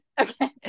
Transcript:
Okay